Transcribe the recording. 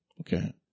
Okay